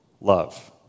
love